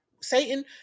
satan